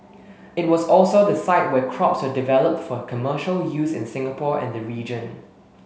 it was also the site where crops were developed for commercial use in Singapore and the region